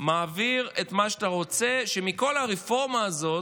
מעביר את מה שאתה רוצה מכל הרפורמה הזאת,